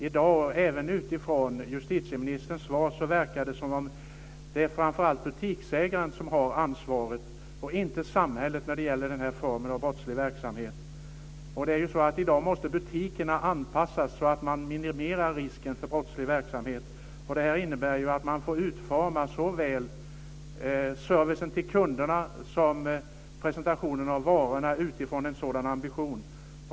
I dag, även utifrån justitieministerns svar, verkar det som om det framför allt är butiksägaren som har ansvaret och inte samhället när det gäller den här formen av brottslig verksamhet. I dag måste butikerna anpassas så att man minimerar risken för brottslig verksamhet. Det här innebär att man får utforma såväl servicen till kunderna som presentationen av varorna utifrån en sådan ambition.